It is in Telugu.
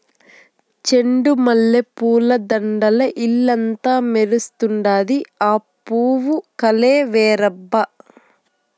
చెండు మల్లె పూల దండల్ల ఇల్లంతా మెరుస్తండాది, ఆ పూవు కలే వేరబ్బా